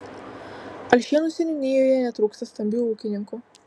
alšėnų seniūnijoje netrūksta stambių ūkininkų